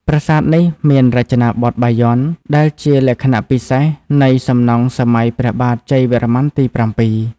ប្រាសាទនេះមានរចនាបថបាយ័ន ដែលជាលក្ខណៈពិសេសនៃសំណង់សម័យព្រះបាទជ័យវរ្ម័នទី ៧។